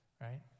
right